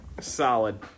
Solid